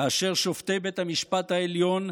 כאשר שופטי בית המשפט העליון,